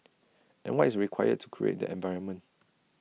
and what is required to create that environment